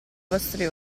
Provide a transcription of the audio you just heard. vostri